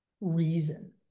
reason